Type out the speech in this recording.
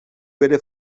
bere